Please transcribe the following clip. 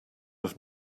have